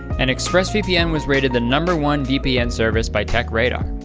and express vpn was rated the number one vpn service by tech radar.